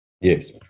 Yes